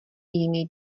jiný